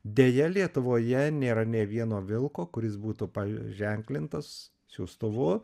deja lietuvoje nėra nei vieno vilko kuris būtų paženklintas siųstuvu